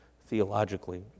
theologically